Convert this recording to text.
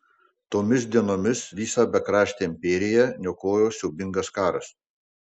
tomis dienomis visą bekraštę imperiją niokojo siaubingas karas